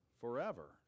forever